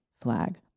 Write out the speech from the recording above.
flag